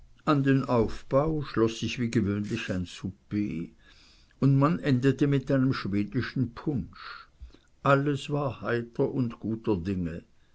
an den aufbau schloß sich wie gewöhnlich ein souper und man endete mit einem schwedischen punsch alles war heiter und guter dinge